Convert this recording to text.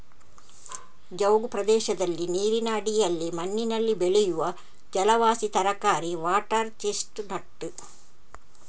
ಜವುಗು ಪ್ರದೇಶದಲ್ಲಿ ನೀರಿನ ಅಡಿಯಲ್ಲಿ ಮಣ್ಣಿನಲ್ಲಿ ಬೆಳೆಯುವ ಜಲವಾಸಿ ತರಕಾರಿ ವಾಟರ್ ಚೆಸ್ಟ್ ನಟ್